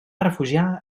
refugiar